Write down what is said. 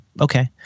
Okay